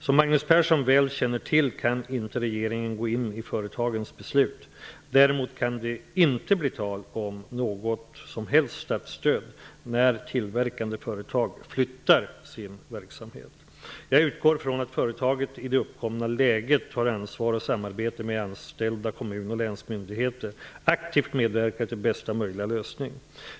Som Magnus Persson väl känner till kan regeringen inte gå in i företagens beslut. Det kan heller inte bli tal om något som helst statsstöd när tillverkande företag flyttar sin verksamhet. Jag utgår från att företaget i det uppkomna läget tar ansvar och i samarbete med de anställda, kommun och länsmyndigheter aktivt medverkar till bästa möjliga lösning.